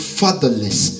fatherless